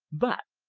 but,